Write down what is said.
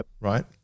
right